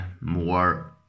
more